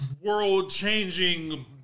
world-changing